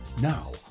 Now